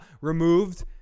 removed